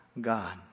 God